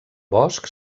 bosch